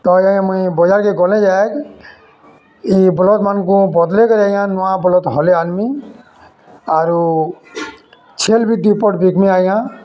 ତ ଆଜ୍ଞା ମୁଇଁ ବଜାର୍କେ ଗଲେ ଯାଏ ଇ ବଲଦ୍ମାନ୍କୁ ବଦ୍ଲେଇକରି ଆଜ୍ଞା ନୂଆ ବଲଦ୍ ହଲେ ଆନ୍ମି ଆରୁ ଛେଲ୍ ବି ଦୁଇ ପଟ୍ ବିକ୍ମି ଆଜ୍ଞା